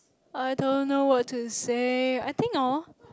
I don't know what to say I think oh